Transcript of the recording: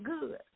good